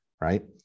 right